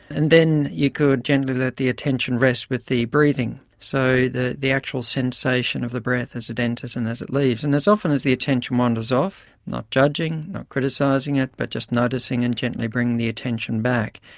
and then you could gently let the attention rest with the breathing so that the actual sensation of the breath as it enters and as it leaves and it's often as the attention wanders off, not judging, not criticising it, but just noticing and just gently bringing the attention back.